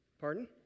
Pardon